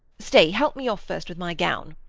stay, help me off, first, with my gown.